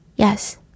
yes